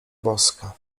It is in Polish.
boska